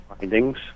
findings